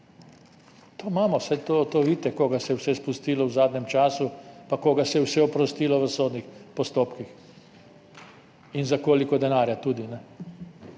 To imamo, saj vidite, koga vse se je spustilo v zadnjem času pa koga vse se je oprostilo v sodnih postopkih, in za koliko denarja tudi.